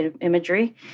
imagery